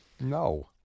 no